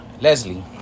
leslie